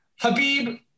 Habib